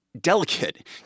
delicate